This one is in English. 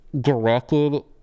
directed